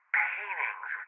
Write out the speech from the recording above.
paintings